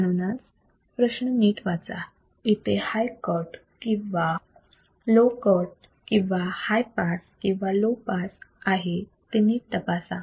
म्हणून प्रश्न नीट वाचा तिथे हाय कट किंवा लो कट किंवा हाय पास किंवा लो पास आहे ते नीट तपासा